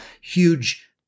huge